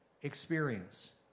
experience